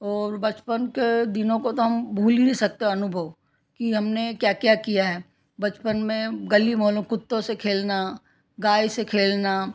और बचपन के दिनों को तो हम भूल ही नहीं सकते अनुभव कि हमने क्या क्या किया है बचपन में गली मोहल्लों कुत्तों से खेलना गाय से खेलना